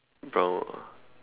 brown ah